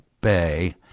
Bay